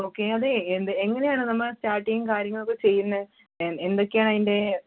okay അത് എന്ത് എങ്ങനെയാണ് നമ്മൾ സ്റ്റാർട്ടിങ് കാര്യങ്ങളൊക്കെ ചെയ്യുന്നത് എന്ത് എന്തൊക്കെയാണ് അതിൻ്റെ